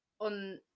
On